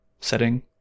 setting